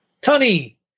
Tony